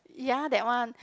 ya that one